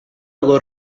load